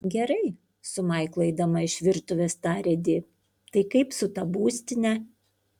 gerai su maiklu eidama iš virtuvės tarė di tai kaip su ta būstine